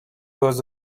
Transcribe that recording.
was